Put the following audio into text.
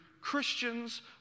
Christians